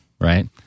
right